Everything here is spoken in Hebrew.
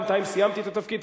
בינתיים סיימתי את התפקיד.